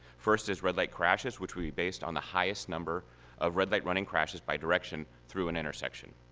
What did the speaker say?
first is red light crashes which we based on the highest number of red-light running crashes by direction through an intersection.